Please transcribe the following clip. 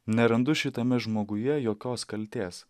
nerandu šitame žmoguje jokios kaltės